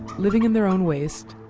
living in their own waste,